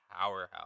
powerhouse